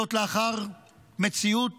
וזאת לאחר מציאות